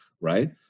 right